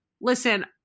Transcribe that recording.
Listen